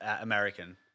American